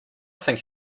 think